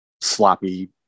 sloppy